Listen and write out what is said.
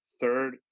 third